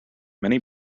many